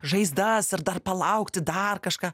žaizdas ar dar palaukti dar kažką